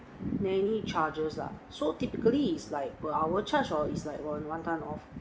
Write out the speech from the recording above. nanny charges ah so typically is like per hour charge or is like one time off